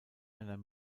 einer